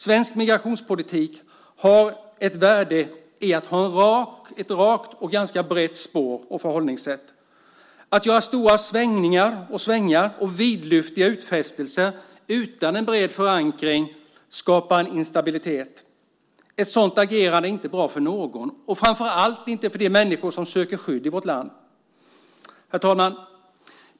Svensk migrationspolitik har ett värde i att ha ett rakt och ganska brett spår och förhållningssätt. Att göra stora svängar och vidlyftiga utfästelser utan en bred förankring skapar instabilitet. Ett sådant agerande är inte bra för någon och framför allt inte för de människor som söker skydd i vårt land. Herr talman!